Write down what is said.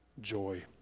joy